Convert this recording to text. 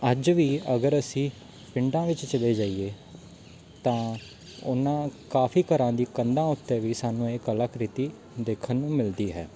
ਅੱਜ ਵੀ ਅਗਰ ਅਸੀਂ ਪਿੰਡਾਂ ਵਿੱਚ ਚਲੇ ਜਾਈਏ ਤਾਂ ਉਹਨਾਂ ਕਾਫ਼ੀ ਘਰਾਂ ਦੀ ਕੰਧਾਂ ਉੱਤੇ ਵੀ ਸਾਨੂੰ ਇਹ ਕਲਾਕ੍ਰਿਤੀ ਦੇਖਣ ਨੂੰ ਮਿਲਦੀ ਹੈ